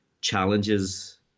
challenges